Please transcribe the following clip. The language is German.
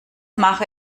mache